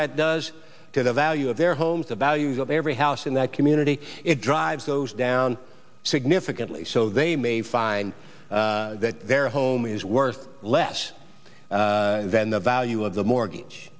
that does to the value of their homes the values of every house in that community it drives goes down significantly so they may find that their home is worth less than the value of the mortgage